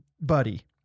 buddy